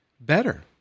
better